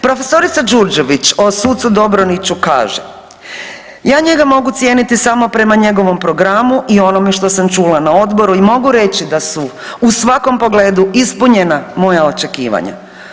Profesorica Đurđević o sucu Dobroniću kaže, ja njega mogu cijeniti samo prema njegovom programu i onome što sam čula na Odboru i mogu reći da su u svakom pogledu ispunjena moja očekivanja.